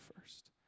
first